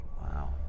wow